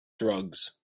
drugs